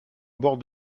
bord